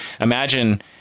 imagine